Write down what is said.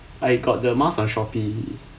I got the mask on shopee